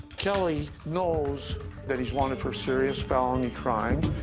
kelly knows that he's wanted for serious felony crimes,